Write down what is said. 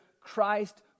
Christ